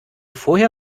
vorher